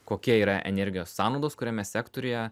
kokia yra energijos sąnaudos kuriame sektoriuje